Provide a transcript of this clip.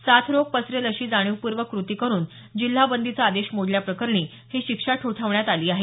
साथ रोग पसरेल अशी जाणीवपूर्वक कृती करून जिल्हा बंदीचा आदेश मोडल्याप्रकरणी ही शिक्षा ठोठावण्यात आली आहे